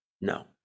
No